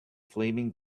flaming